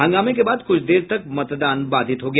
हंगामे के बाद कुछ देर तक मतदान बाधित हो गया